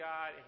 God